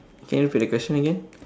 can you repeat the question again